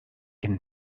can